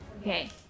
Okay